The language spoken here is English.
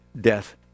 death